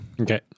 Okay